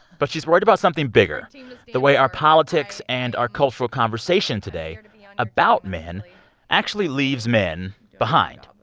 but she's worried about something bigger the way our politics and our cultural conversation today about men actually leaves men behind.